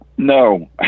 No